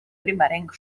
primerenc